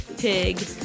pig